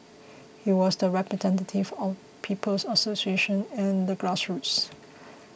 he was the representative of People's Association and the grassroots